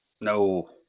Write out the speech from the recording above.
No